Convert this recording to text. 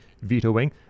vetoing